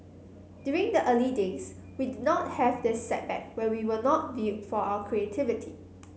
during the early days we did not have this setback where we were not viewed for our creativity